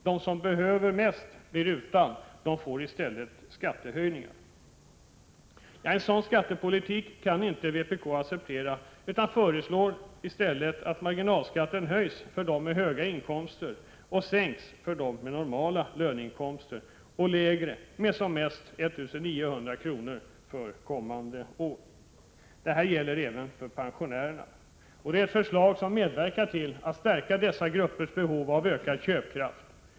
De som behöver bäst blir utan — de får i stället skattehöjningar. En sådan skattepolitik kan inte vpk acceptera utan föreslår i stället att marginalskatten höjs för dem med höga inkomster och sänks — med som mest 1 900 kr. för kommande år — för dem med normala löneinkomster och lägre. Detta gäller även pensionärerna. Det är ett förslag som medverkar till att stärka dessa gruppers köpkraft.